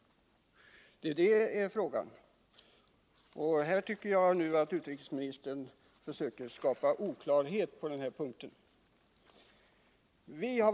Det är frågan. Jag tycker att utrikesministern försöker skapa oklarhet på den här punkten.